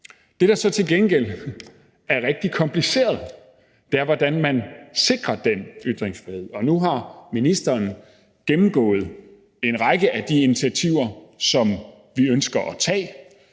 Det, der så til gengæld er rigtig kompliceret, er, hvordan man sikrer den ytringsfrihed. Nu har ministeren jo gennemgået en række af de initiativer, som vi ønsker at tage: